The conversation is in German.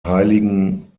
heiligen